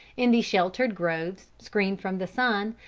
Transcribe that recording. in the sheltered groves, screened from the sun,